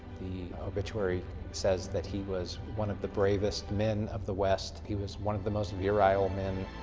the obituary says that he was one of the bravest men of the west. he was one of the most virile men.